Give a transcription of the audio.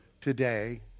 today